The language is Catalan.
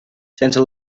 sense